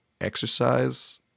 exercise